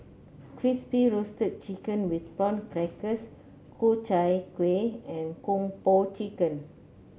Crispy Roasted Chicken with Prawn Crackers Ku Chai Kueh and Kung Po Chicken